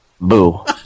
boo